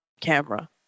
camera